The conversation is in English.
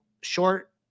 Short